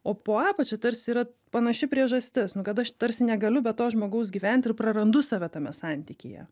o po apačia tarsi yra panaši priežastis nu kad aš tarsi negaliu be to žmogaus gyvent ir prarandu save tame santykyje